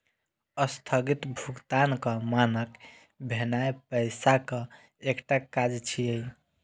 स्थगित भुगतानक मानक भेनाय पैसाक एकटा काज छियै